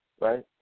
Right